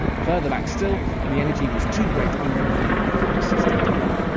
further back still, and the energy was too great even for the quarks to stick together.